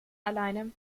alleine